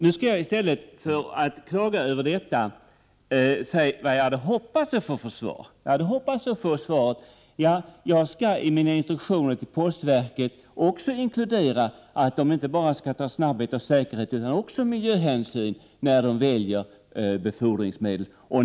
Nu skall jag, i stället för att klaga över detta, säga vad jag hade hoppats att få till svar. Jag hade hoppats att få svaret: Ja, jag skall i mina instruktioner till postverket också inkludera att man inte bara skall tänka på snabbhet och säkerhet utan också ta miljöhänsyn när man väljer befordringsmedel.